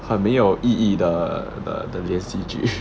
很没有意义的的连续剧